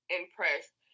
impressed